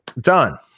Done